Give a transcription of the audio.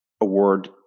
award